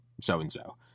so-and-so